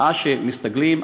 עד שהם מסתגלים,